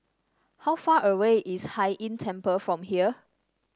how far away is Hai Inn Temple from here